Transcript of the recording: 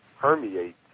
permeate